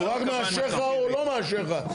הוא רק מאשר לך או לא מאשר לך.